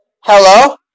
Hello